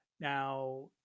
Now